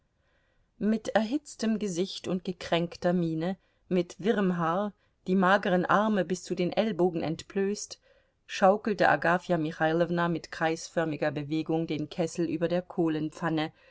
mit erhitztem gesicht und gekränkter miene mit wirrem haar die mageren arme bis zu den ellbogen entblößt schaukelte agafja michailowna mit kreisförmiger bewegung den kessel über der